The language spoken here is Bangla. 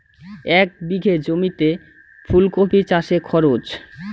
এক বিঘে জমিতে ফুলকপি চাষে খরচ?